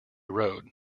road